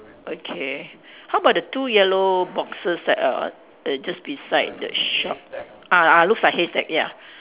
okay how about the two yellow boxes that err err just beside the shop ah ah look like haystack ya